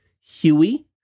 Huey